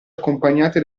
accompagnate